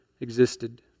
existed